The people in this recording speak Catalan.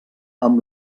amb